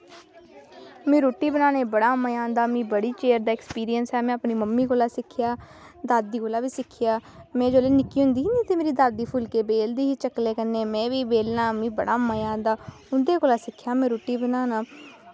मिगी रुट्टी बनाने बी बड़ा मज़ा औंदा मिगी बड़ी चिर दा एक्सपीरियंस ऐ में अपनी मम्मी कोला सिक्खेआ दादी कोला बी सिक्खेआ में जेल्लै निक्के होंदी ही ते मेरी दादी फुल्के बेलदी ही चकले कन्नै में बी बेलना बड़ा मज़ा आंदा उंदे कोला सिक्खेआ में रुट्टी बनाना